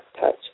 touch